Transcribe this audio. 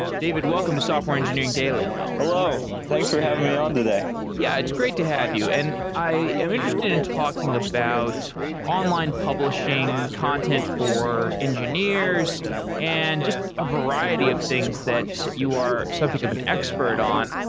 david, welcome to software engineering daily hello. thanks for having me on today yeah, it's great to have you. and i am interested in talking about online publishing content for engineers and just a variety of things that you are, so i think of an expert on.